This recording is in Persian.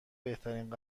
بهترین